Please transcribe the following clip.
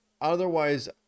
otherwise